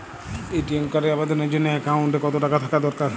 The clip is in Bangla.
এ.টি.এম কার্ডের আবেদনের জন্য অ্যাকাউন্টে কতো টাকা থাকা দরকার?